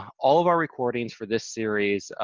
all of our recordings for this series,